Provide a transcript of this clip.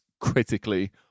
critically